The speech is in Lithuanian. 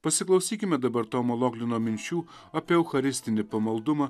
pasiklausykime dabar tomo loglino minčių apie eucharistinį pamaldumą